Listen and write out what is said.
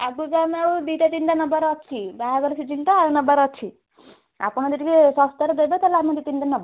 ଆଗକୁ ଆମେ ଆଉ ଦୁଇଟା ତିନିଟା ନେବାର ଅଛି ବାହାଘର ସିଜିନ୍ ତ ନେବାର ଅଛି ଆପଣ ଯଦି ଟିକେ ଶସ୍ତାରେ ଦେବେ ତା'ହେଲେ ଆମେ ଦୁଇ ତିନିଟା ନେବୁ